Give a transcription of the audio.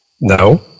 No